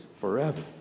forever